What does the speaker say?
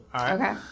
Okay